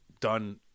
done